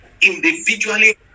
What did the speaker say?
individually